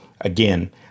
again